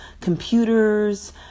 computers